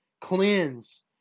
cleanse